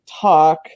talk